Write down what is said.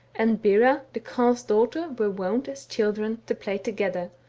and bera the carle's daughter, were wont, as children, to play together,